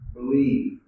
believe